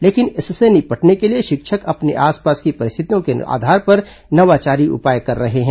लेकिन इससे निपटने के लिए शिक्षक अपने आसपास की परिस्थितियों के आधार पर नवाचारी उपाय कर रहे हैं